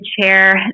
chair